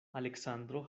aleksandro